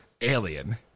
alien